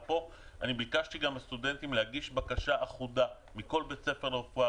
ביקשתי גם מהסטודנטים להגיש בקשה אחודה מכל בית ספר לרפואה.